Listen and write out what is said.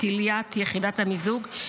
תליית יחידת המיזוג,